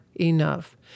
enough